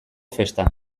festan